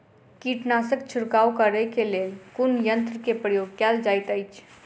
कीटनासक छिड़काव करे केँ लेल कुन यंत्र केँ प्रयोग कैल जाइत अछि?